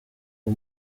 uwo